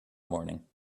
morning